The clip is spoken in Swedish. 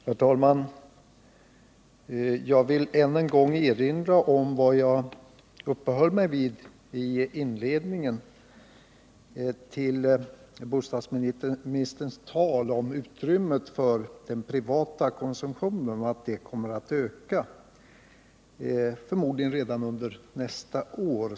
Herr talman! Jag vill än en gång erinra om vad jag uppehöll mig vid i inledningen. Bostadsministern säger att utrymmet för den privata konsumtionen kommer att öka förmodligen redan under nästa år.